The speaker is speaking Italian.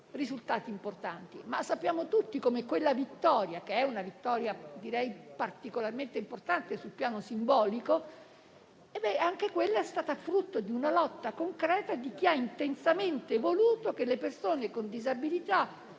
risultati importanti. Sappiamo tutti però come anche quella vittoria, che è particolarmente importante sul piano simbolico, sia stata frutto di una lotta concreta di chi ha intensamente voluto che le persone con disabilità